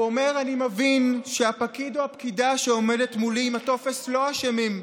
הוא אומר: אני מבין שהפקיד או הפקידה שעומדת מולי עם הטופס לא אשמים,